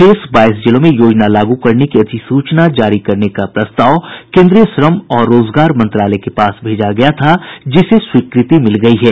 शेष बाईस जिलों में योजना लागू करने की अधिसूचना जारी करने का प्रस्ताव केन्द्रीय श्रम और रोजगार मंत्रालय के पास भेजा गया था जिसे स्वीकृति मिल गयी है